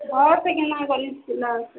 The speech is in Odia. ହଁ ସେ କେନ୍ତା କରି